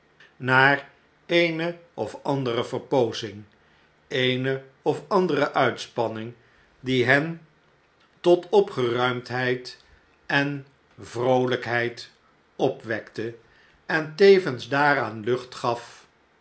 naar eene of andere verpoozing eene of andere uitspanning die hen tot opgeruimdheid en vroolijkheid opwekte en tevens daaraan lucht gaf